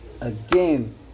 again